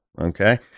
Okay